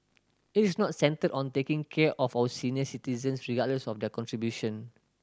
it is not centred on taking care of our senior citizens regardless of their contribution